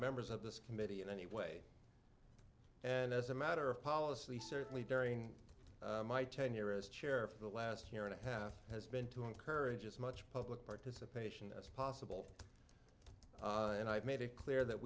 members of this committee in any way and as a matter of policy certainly during my tenure as chair of the last year and a half has been to encourage as much public participation as possible and i have made it clear that